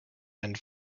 and